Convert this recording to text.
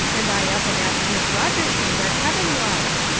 and i up and asked miss rogerson where heaven was.